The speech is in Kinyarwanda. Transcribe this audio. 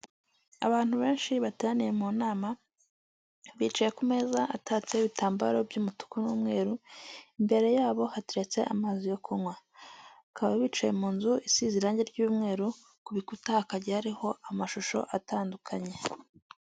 Abantu benshi bateraniye mu nama bicaye ku meza atatse ibitambaro by'umutuku n'umweru, imbere yabo hateretse amazi yo kunywa, bakaba bicaye mu nzu isize irangi ry’umweru ku bikuta hakajya hariho amashusho atandukanye.